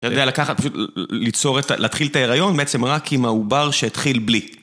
אתה יודע לקחת, ליצור את, להתחיל את ההיריון בעצם רק עם העובר שהתחיל בלי.